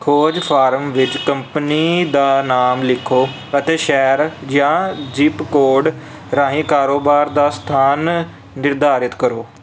ਖੋਜ ਫਾਰਮ ਵਿੱਚ ਕੰਪਨੀ ਦਾ ਨਾਮ ਲਿਖੋ ਅਤੇ ਸ਼ਹਿਰ ਜਾਂ ਜ਼ਿਪ ਕੋਡ ਰਾਹੀਂ ਕਾਰੋਬਾਰ ਦਾ ਸਥਾਨ ਨਿਰਧਾਰਤ ਕਰੋ